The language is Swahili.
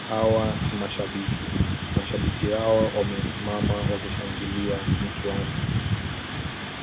Hawa ni mashabiki. Mashabiki hawa wamesimama wakishangilia mchuano.